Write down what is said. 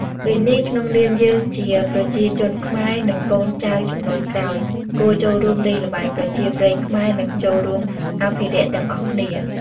ដូចនេះក្នុងនាមយើងជាប្រជាជនខ្មែរនិងកូនចៅជំនាន់ក្រោយគួរចូលរួមលេងល្បែងប្រជាប្រិយខ្មែរនិងចូររួមអភិរក្សទាំងអស់គ្នា។